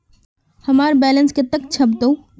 हमार बैलेंस कतला छेबताउ?